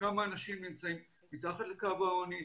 כמה אנשים נמצאים מתחת לקו העוני,